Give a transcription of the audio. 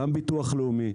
גם הביטוח הלאומי,